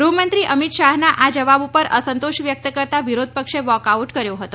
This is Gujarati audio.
ગૃહમંત્રી અમિત શાહના આ જવાબ ઉપર અસંતોષ વ્યક્ત કરતાં વિરોધ પક્ષે વોક આઉટ કર્યો હતો